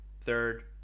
third